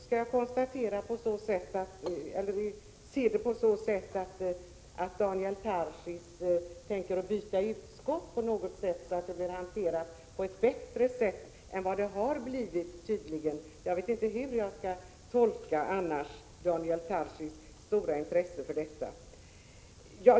Skall man se det på så sätt att Daniel Tarschys tänker byta utskott för att dessa frågor skall bli bättre hanterade? Jag vet inte hur jag annars skall tolka Daniel Tarschys stora intresse för detta.